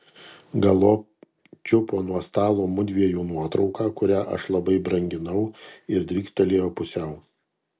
galop čiupo nuo stalo mudviejų nuotrauką kurią aš labai branginau ir drykstelėjo pusiau